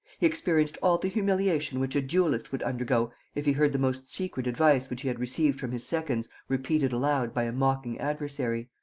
he experienced all the humiliation which a duellist would undergo if he heard the most secret advice which he had received from his seconds repeated aloud by a mocking adversary.